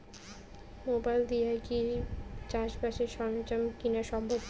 Mobile দিয়া কি চাষবাসের সরঞ্জাম কিনা সম্ভব?